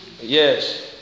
yes